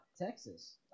Texas